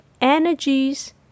energies